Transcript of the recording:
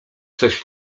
coś